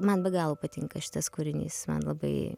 man be galo patinka šitas kūrinys man labai